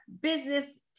business